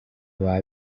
baba